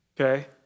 Okay